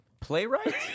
Playwright